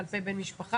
כלפיו בן משפחה,